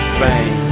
Spain